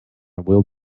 will